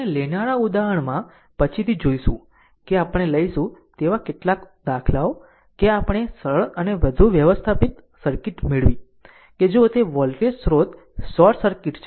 આપણે લેનારા ઉદાહરણમાં પછીથી જોશું કે આપણે લઈશું તેવા કેટલાક દાખલાઓ કે આપણે સરળ અને વધુ વ્યવસ્થાપિત સર્કિટ મેળવી કે જો તે વોલ્ટેજ સ્રોત શોર્ટ સર્કિટ છે